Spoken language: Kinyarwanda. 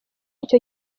ico